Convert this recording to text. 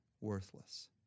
worthless